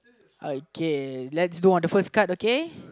okay lets do on the first card okay